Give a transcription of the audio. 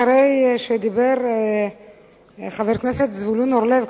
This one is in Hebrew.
אחרי שדיבר חבר הכנסת זבולון אורלב,